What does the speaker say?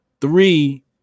three